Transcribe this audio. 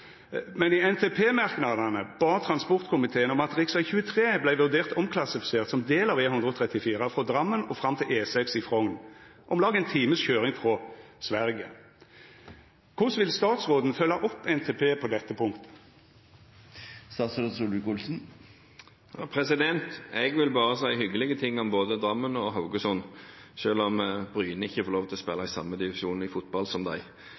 men i NTP-merknadene bad fleirtalet i transportkomiteen om at rv. 23 vart vurdert omklassifisert som del av E134 frå Drammen og fram til E6 i Frogn, om lag ein times køyring frå Sverige. Korleis vil statsråden følgja opp NTP-merknadene på dette punktet? Jeg vil bare si hyggelige ting om både Drammen og Haugesund, selv om Bryne ikke får lov til å spille i samme divisjon i fotball som